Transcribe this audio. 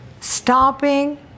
stopping